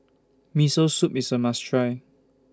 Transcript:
Miso Soup IS A must Try